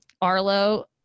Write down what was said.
arlo